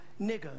nigger